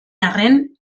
arren